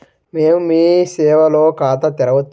మేము మీ సేవలో ఖాతా తెరవవచ్చా?